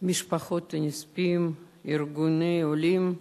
משפחות הנספים, ארגוני עולים,